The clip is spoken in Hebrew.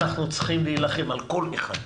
אנחנו צריכים להילחם על כל אחד.